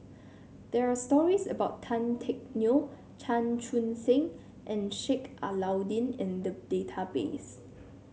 there are stories about Tan Teck Neo Chan Chun Sing and Sheik Alau'ddin in the database